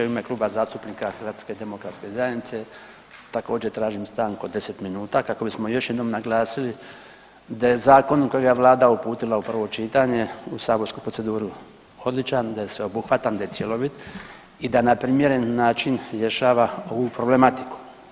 U ime Kluba zastupnika HDZ-a također tražim stanku od 10 minuta kako bismo još jednom naglasili da je zakon kojega je vlada uputila u prvo čitanje u saborsku proceduru odličan, da je sveobuhvatan, da je cjelovit i da na primjeren način rješava ovu problematiku.